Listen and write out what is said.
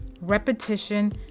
repetition